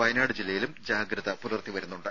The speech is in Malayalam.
വയനാട് ജില്ലയിലും ജാഗ്രത പുലർത്തി വരുന്നുണ്ട്